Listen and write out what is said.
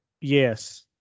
yes